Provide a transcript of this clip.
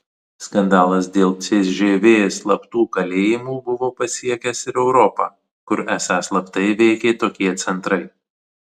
skandalas dėl cžv slaptų kalėjimų buvo pasiekęs ir europą kur esą slaptai veikė tokie centrai